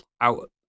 out